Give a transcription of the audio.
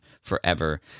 forever